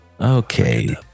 Okay